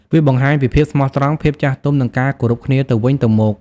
វាបង្ហាញពីភាពស្មោះត្រង់ ភាពចាស់ទុំ និងការគោរពគ្នាទៅវិញទៅមក។